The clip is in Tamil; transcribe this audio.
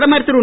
பிரதமர் திரு